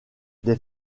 des